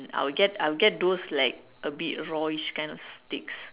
I'll get I'll get those a bit rawish kind of steaks